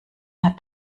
hat